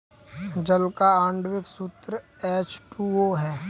जल का आण्विक सूत्र एच टू ओ है